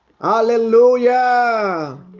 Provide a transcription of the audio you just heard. hallelujah